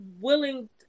willing